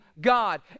God